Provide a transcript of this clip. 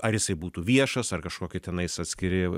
ar jisai būtų viešas ar kažkokie tenais atskiri